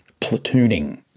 platooning